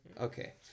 Okay